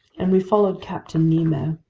and we followed captain nemo,